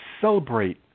celebrate